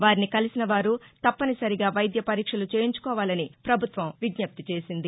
వారిని కలిసిన వారు తప్పనిసరిగా వైద్య పరీక్షలు చేయించుకోవాలని ప్రభుత్వం విజ్జప్తి చేసింది